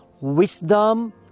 wisdom